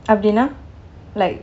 அப்படினா:appadina like